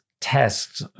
tests